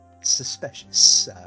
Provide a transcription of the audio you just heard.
suspicious